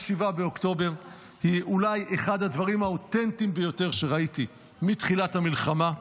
היא אולי אחד הדברים האותנטיים ביותר שראיתי מתחילת המלחמה.